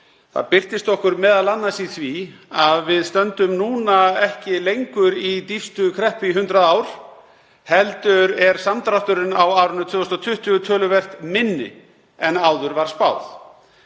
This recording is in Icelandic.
Það birtist okkur m.a. í því að við stöndum núna ekki lengur í dýpstu kreppu í 100 ár heldur er samdrátturinn á árinu 2020 töluvert minni en áður var spáð.